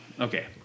okay